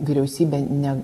vyriausybė ne